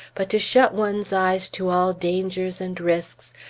but to shut one's eyes to all dangers and risks,